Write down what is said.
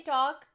Talk